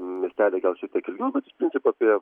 miesteliai gal šiek tiek ilgiau bet iš principo apie